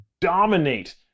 dominate